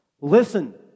Listen